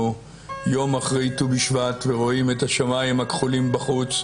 יום אחרי ט"ו בשבט ורואים את השמים הכחולים בחוץ,